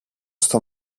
στο